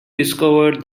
discovered